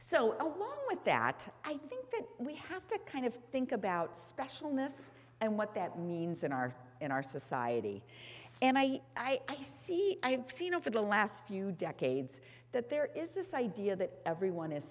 along with that i think that we have to kind of think about specialness and what that means in our in our society and i i see i've seen over the last few decades that there is this idea that everyone is